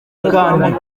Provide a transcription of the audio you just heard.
kandi